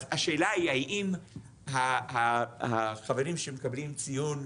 אז השאלה היא האם החברים שמקבלים ציון,